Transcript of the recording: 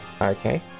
Okay